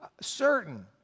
certain